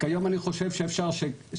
כיום אני חושב שגם